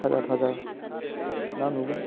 थाजा थाजा ना नुगोन